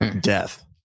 death